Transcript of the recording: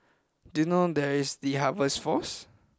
do you know where is The Harvest Force